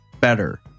better